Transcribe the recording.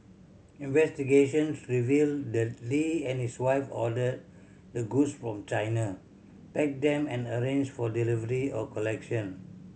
investigations revealed that Lee and his wife ordered the goods from China packed them and arranged for delivery or collection